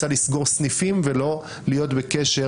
שהיא רוצה לסגור סניפים ולא להיות בקשר